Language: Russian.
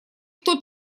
кто